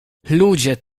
ludzie